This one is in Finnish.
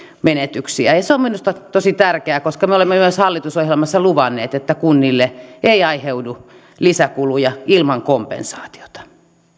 menetyksiä ja se on minusta tosi tärkeää koska me olemme myös hallitusohjelmassa luvanneet että kunnille ei aiheudu lisäkuluja ilman kompensaatiota